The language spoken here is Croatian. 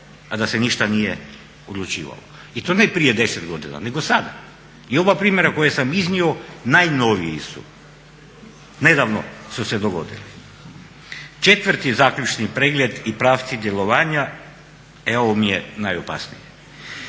a da se ništa nije odlučivalo. I to ne prije 10 godina, nego sada. I oba primjera koje sam iznio najnoviji su, nedavno su se dogodili. Četvrti zaključni pregled i pravci djelovanja e ovo mi je najopasnije.